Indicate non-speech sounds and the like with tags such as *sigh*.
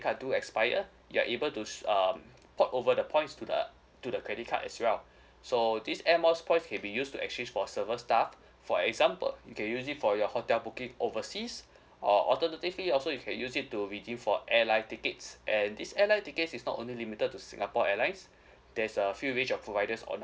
card do expire you're able to um over the points to the to the credit card as well *breath* so this airmiles points can be used to exchange for several stuff for example you can use it for your hotel booking overseas or alternatively also you can use it to redeem for airline tickets and this airline tickets is not only limited to singapore airlines there's a few range of providers on our